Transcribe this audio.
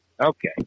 Okay